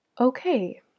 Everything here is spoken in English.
Okay